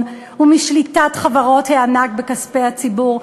ומשליטת חברות הענק בכספי הציבור.